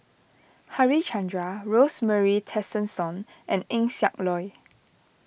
Harichandra Rosemary Tessensohn and Eng Siak Loy